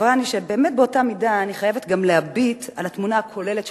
עצובה אני שבאמת באותה מידה אני חייבת גם להביט על התמונה הכוללת של